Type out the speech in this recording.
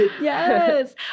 Yes